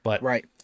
Right